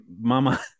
mama